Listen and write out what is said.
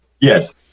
Yes